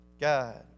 God